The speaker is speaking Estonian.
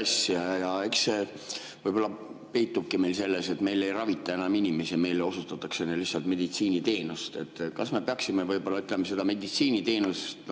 asja. Eks [konks] võib-olla peitubki meil selles, et meil ei ravita enam inimesi, meil osutatakse neile lihtsalt meditsiiniteenust. Kas me peaksime, ütleme, seda meditsiiniteenust,